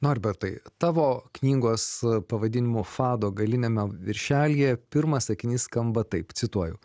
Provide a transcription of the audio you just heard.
norbertai tavo knygos pavadinimo fado galiniame viršelyje pirmas sakinys skamba taip cituoju